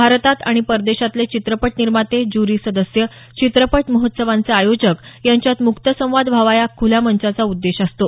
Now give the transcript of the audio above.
भारतात आणि परदेशातले चित्रपट निर्माते ज्युरी सदस्य चित्रपट महोत्सवांचे आयोजक यांच्यात मुक्त संवाद व्हावा हा या खुल्या मंचाचा उद्देश असतो